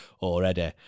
already